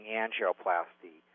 angioplasty